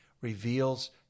reveals